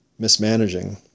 mismanaging